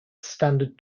standard